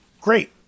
great